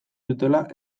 dutela